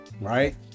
right